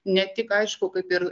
ne tik aišku kaip ir